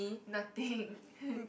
nothing